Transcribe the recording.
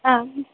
आम्